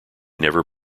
never